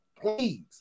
Please